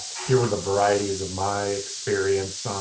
here were the varieties of my experience.